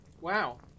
Wow